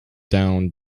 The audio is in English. down